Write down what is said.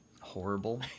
horrible